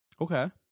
Okay